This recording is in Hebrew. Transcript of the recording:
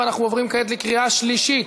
אנחנו עוברים כעת לקריאה שלישית.